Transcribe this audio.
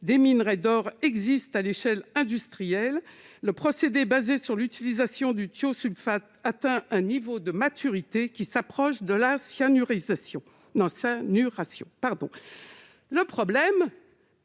des minerais d'or existent à l'échelle industrielle »;« le procédé basé sur l'utilisation du thiosulfate atteint un niveau de maturité qui s'approche de la cyanuration. » Selon